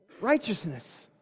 Righteousness